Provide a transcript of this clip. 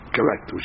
Correct